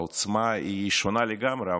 העוצמה היא שונה לגמרי.